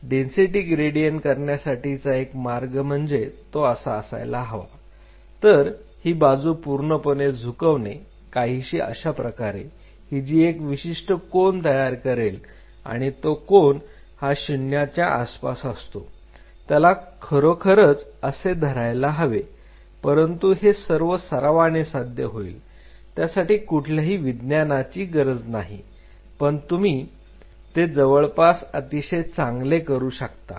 density gradient करण्यासाठीचा एक मार्ग म्हणजे तो असा असायला हवा तर ही बाजू पूर्णपणे झुकवणे काहीशी अशाप्रकारे ही जी एक विशिष्ट कोन तयार करेल आणि तो कोन हा शून्याच्या आसपास असतो त्याला खरोखरच असे धरायला हवे परंतु हे सर्व सरावाने साध्य होईल त्यासाठी कुठल्याही विज्ञानाची गरज नाही पण तुम्ही ते जवळपास अतिशय चांगले करू शकतात